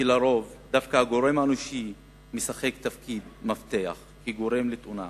שעל-פי רוב דווקא הגורם האנושי משחק תפקיד מפתח כגורם לתאונה,